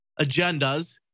agendas